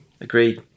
Agreed